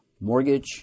mortgage